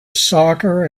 soccer